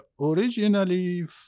originally